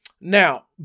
Now